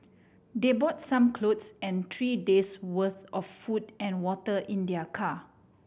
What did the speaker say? they brought some clothes and three days' worth of food and water in their car